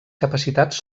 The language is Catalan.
capacitats